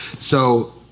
so,